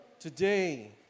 Today